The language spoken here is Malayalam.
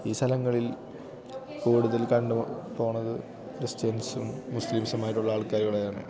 ഈ സ്ഥലങ്ങളിൽ കൂടുതൽ കണ്ടു പോകുന്നത് ക്രിസ്ത്യൻസും മുസ്ലിംസുമായിട്ടുള്ള ആൾക്കാരുകളെയാണ്